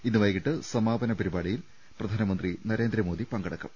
ഇന്ന് വൈകിട്ട് സമാപന പരിപാ ടിയിൽ പ്രധാനമന്ത്രി നരേന്ദ്രമോദി പങ്കെടുക്കും